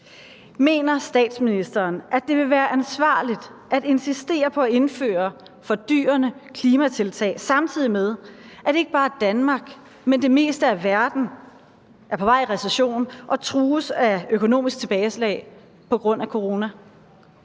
Mener statsministeren, at det vil være ansvarligt at insistere på at indføre fordyrende klimatiltag, samtidig med at ikke bare Danmark, men det meste af verden er på vej i recession og trues af økonomisk tilbageslag på grund af corona?